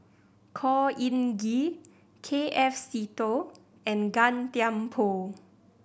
Khor Ean Ghee K F Seetoh and Gan Thiam Poh